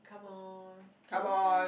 come on